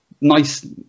nice